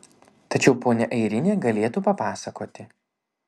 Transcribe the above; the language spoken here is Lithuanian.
tačiau ponia airinė galėtų papasakoti